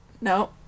No